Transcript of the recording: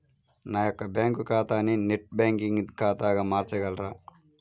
నా యొక్క బ్యాంకు ఖాతాని నెట్ బ్యాంకింగ్ ఖాతాగా మార్చగలరా?